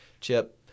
chip